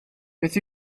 beth